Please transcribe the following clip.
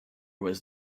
was